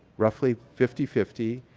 roughly fifty fifty.